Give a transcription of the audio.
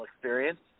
experience